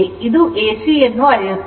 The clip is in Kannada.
ಇದು ಎಸಿ ಯನ್ನು ಅಳೆಯುತ್ತದೆ